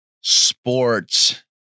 sports